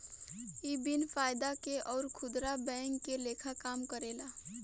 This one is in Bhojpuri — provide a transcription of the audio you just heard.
इ बिन फायदा के अउर खुदरा बैंक के लेखा काम करेला